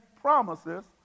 promises